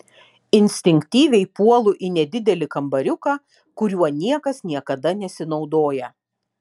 instinktyviai puolu į nedidelį kambariuką kuriuo niekas niekada nesinaudoja